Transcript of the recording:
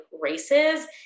races